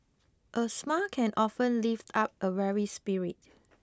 a smile can often lift up a weary spirit